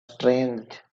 strange